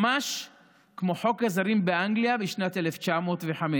ממש כמו חוק הזרים באנגליה בשנת 1905,